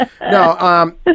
no